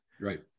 Right